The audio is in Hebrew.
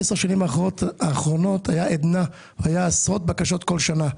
בעשר השנים האחרונות, היו עשרות בקשות בכל שנה.